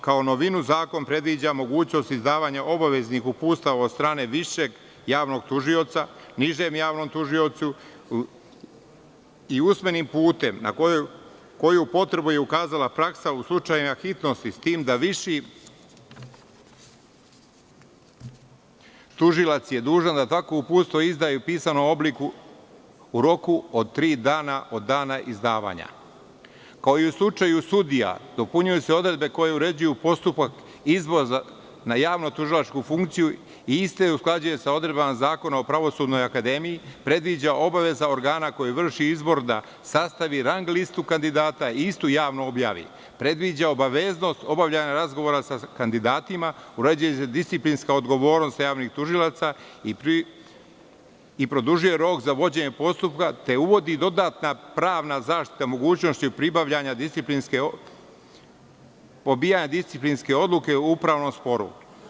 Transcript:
Kao novinu, zakon predviđa mogućnost izdavanja obaveznih uputstva od strane višeg javnog tužioca nižem javnom tužiocu i usmenim putem, na koju je potrebu pokazala praksa u slučaju hitnosti, s tim da viši tužilac je dužan da takvo uputstvo izda i u pisanom obliku, u roku od tri dana od dana izdavanja, kao i u slučaju sudija, dopunjuju se odredbe koje uređuju postupak izlaza na javno – tužilačku funkciju i iste, usklađuje sa odredbama zakona o pravosudnoj akademiji, predviđa obaveza organa, koju vrši izborna, sastav i rang listu kandidata i istu javno objavi, predviđa obaveznost obavljanja razgovora sa kandidatima, uređuje se disciplinska odgovornost javnih tužilaca i produžuje rok za vođenje postupka, te uvodi dodatna pravna zaštita mogućnosti pribavljanja, odbijanja disciplinske odluke u upravnom sporu.